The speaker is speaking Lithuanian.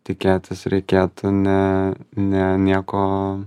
tikėtis reikėtų ne ne nieko